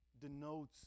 denotes